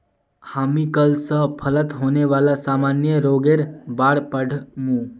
हामी कल स फलत होने वाला सामान्य रोगेर बार पढ़ मु